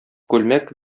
күлмәк